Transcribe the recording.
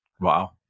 Wow